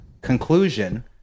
conclusion